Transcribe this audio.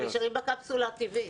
הם נשארים בקפסולה הטבעית.